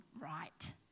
right